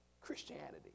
christianity